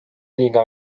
liiga